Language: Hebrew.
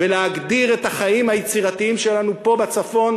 ולהגדיר את החיים היצירתיים שלנו פה בצפון,